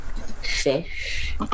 fish